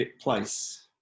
place